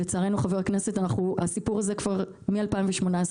לצערנו הסיפור הזה מ-2018,